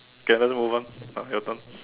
okay let's move on ah your turn